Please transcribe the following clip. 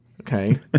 Okay